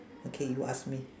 okay you ask me